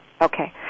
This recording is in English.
Okay